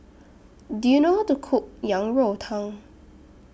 Do YOU know How to Cook Yang Rou Tang